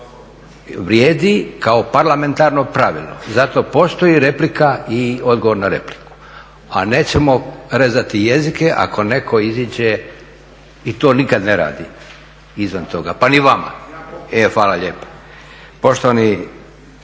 vrijedi kao parlamentarno pravilo. I zato postoji replika i odgovor na repliku, a nećemo rezati jezike ako netko iziđe i to nikad ne radim izvan toga, pa ni vama. E hvala lijepa.